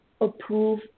approve